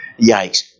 yikes